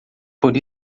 por